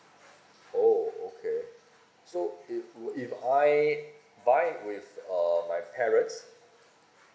oh okay so if uh if I buy with uh my parents